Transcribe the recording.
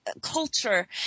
culture